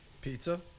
Pizza